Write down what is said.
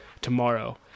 tomorrow